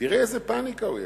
תראה איזה פניקה הוא יצר.